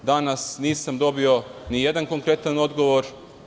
Danas nisam dobio ni jedan konkretan odgovor.